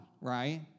right